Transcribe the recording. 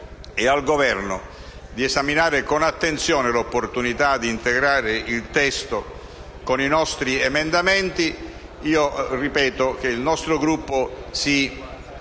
e al Governo di esaminare con attenzione l'opportunità di integrare il testo con i nostri emendamenti, ripeto che il nostro Gruppo